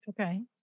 okay